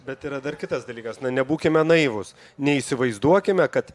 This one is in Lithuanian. bet yra dar kitas dalykas na nebūkime naivūs neįsivaizduokime kad